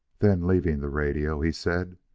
then, leaving the radio, he said,